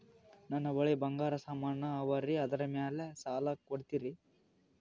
ನನ್ನ ಬಳಿ ಬಂಗಾರ ಸಾಮಾನ ಅವರಿ ಅದರ ಮ್ಯಾಲ ಸಾಲ ಕೊಡ್ತೀರಿ?